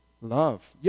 Love